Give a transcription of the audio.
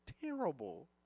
terrible